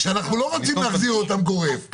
שאנחנו לא רוצים להחזיר אותם גורף,